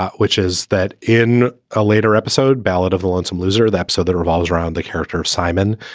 which is that in a later episode, ballad of the lonesome loser, that so that revolves around the character of simon,